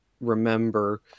remember